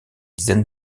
dizaines